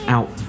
Out